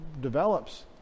develops